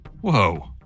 Whoa